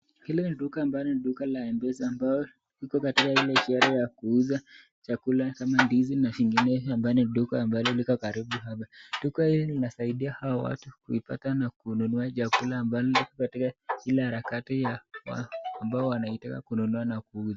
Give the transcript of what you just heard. Hili ni duka ambalo ni duka la mpesa ambayo iko katika ile harakati tayari ya kuuza chakula kama ndizi imefinyiliwa, ambayo ni duka ililowekwa karibu hapa. Duka hili linasaidia hawa watu kupata na kununua chakula ambalo ipo katika ile harakati ambayo wanataka kununua au kuuza.